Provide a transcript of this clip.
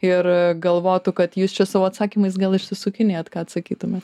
ir galvotų kad jūs čia savo atsakymais gal išsisukinėjat ką atsakytumėt